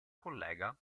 collega